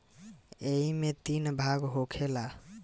ऐइमे तीन भाग होखेला